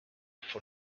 for